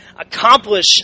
accomplish